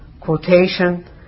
Quotation